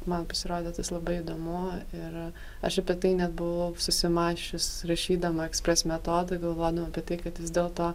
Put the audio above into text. man pasirodė tas labai įdomu ir aš apie tai net buvau susimąsčius rašydama ekspres metodą galvodama apie tai kad vis dėlto